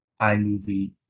iMovie